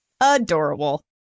Adorable